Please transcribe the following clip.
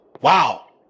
Wow